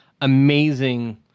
amazing